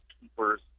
keepers